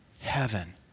heaven